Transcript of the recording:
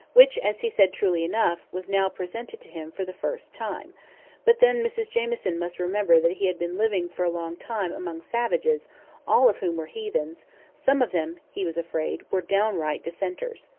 which, as he said truly enough, was now presented to him for the first time but then mrs jamieson must remember that he had been living for a long time among savages all of whom were heathens some of them, he was afraid, were downright dissenters.